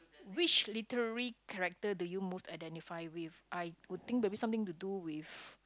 which literary character do you most identify with I would think maybe something to do with